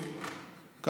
היום,